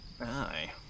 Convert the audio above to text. aye